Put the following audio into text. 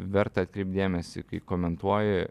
verta atkreipt dėmesį kai komentuoji